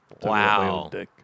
Wow